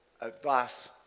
advice